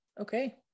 Okay